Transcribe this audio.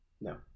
No